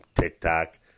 TikTok